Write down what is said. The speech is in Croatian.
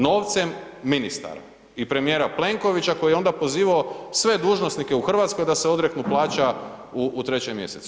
Novcem ministara i premijera Plenkovića koje je onda pozivao sve dužnosnike u Hrvatskoj da se odreknu plaća u 3. mj.